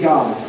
God